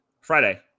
Friday